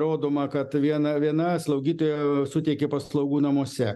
rodoma kad viena viena slaugytoja suteikė paslaugų namuose